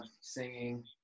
singing